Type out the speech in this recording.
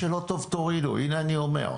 מה שלא טוב, תורידו, הנה אני אומר.